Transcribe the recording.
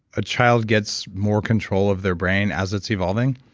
a child gets more control of their brain as it's evolving.